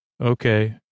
Okay